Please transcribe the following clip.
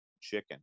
chicken